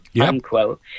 unquote